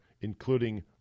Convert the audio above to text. including